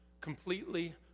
completely